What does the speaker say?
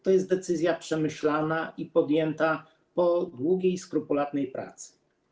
To jest decyzja przemyślana i podjęta po długiej i skrupulatnej pracy.